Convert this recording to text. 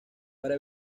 para